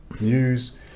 news